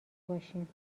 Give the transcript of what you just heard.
باشیم